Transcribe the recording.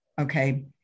okay